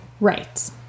right